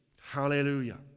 Hallelujah